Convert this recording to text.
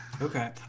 Okay